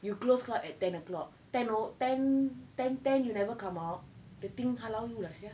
you close club at ten o'clock ten oh ten ten ten you never come out the thing halau you lah sia